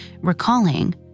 recalling